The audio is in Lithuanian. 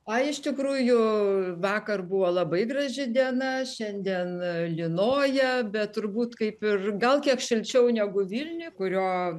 oi iš tikrųjų vakar buvo labai graži diena šiandien lynoja bet turbūt kaip ir gal kiek šilčiau negu vilniuj kurio